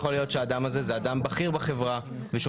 יכול להיות שאדם כזה זה אדם בכיר בחברה ושהוא